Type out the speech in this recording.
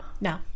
No